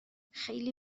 خیلی